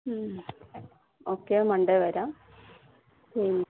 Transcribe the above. മ് okay Monday വരാം പിന്നെ